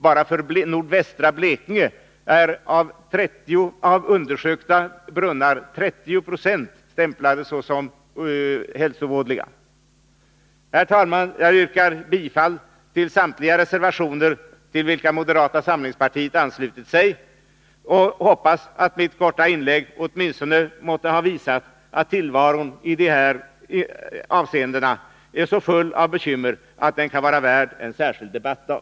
Bara i nordvästra Blekinge är 30 926 av undersökta brunnar stämplade såsom hälsovådliga. Herr talman! Jag yrkar bifall till samtliga reservationer till vilka moderata samlingspartiet anslutit sig och hoppas att mitt korta inlägg åtminstone måste ha visat att tillvaron i de här avseendena är så full av bekymmer att den kan vara värd en särskild debattdag.